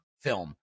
film